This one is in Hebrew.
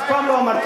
אף פעם לא אמרתי.